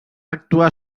actuar